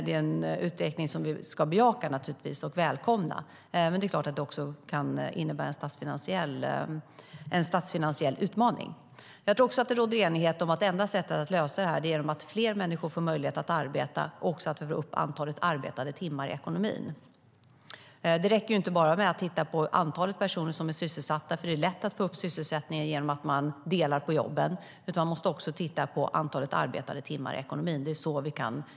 Det är en utveckling som vi ska bejaka och välkomna, även om den kan innebära en statsfinansiell utmaning. Jag tror också att det råder enighet om att det enda sättet att lösa utmaningen är genom att fler människor får möjlighet att arbeta och att vi ökar antalet arbetade timmar i ekonomin. Det räcker inte med att bara titta på antalet personer som är sysselsatta - det är lätt att få upp sysselsättningen genom att dela på jobben - utan vi måste också titta på antalet arbetade timmar i ekonomin.